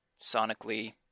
sonically